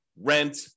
rent